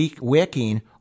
wicking